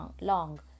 long